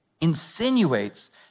insinuates